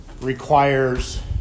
requires